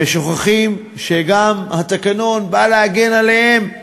ושוכחים שהתקנון בא להגן גם עליהם.